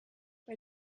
bei